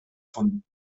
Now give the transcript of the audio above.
von